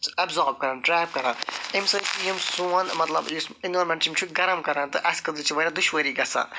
absorb کَران trap کَران اَمہِ سۭتۍ چھِ یِم سون مَطلَب یُس اِنورامٮ۪نٹ چھ یِم چھِ گرم کران تہٕ اَسہِ خٲطرٕ چھِ واریاہ دُشوٲری گَژھان